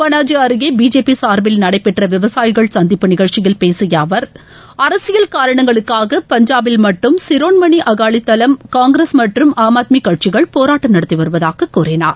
பனாஜி அருகே பிஜேபி சூர்பில் நடைபெற்ற விவசாயிகள் சந்திப்பு நிகழ்ச்சியில் பேசிய அவர் அரசியல் காரணங்களுக்காக பஞ்சாபில் மட்டும் சிரோன்மனி அகாலிதளம் காங்கிரஸ் மற்றும் ஆம் ஆத்மி கட்சிகள் போராட்டம் நடத்தி வருவதாக கூறினார்